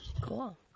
Cool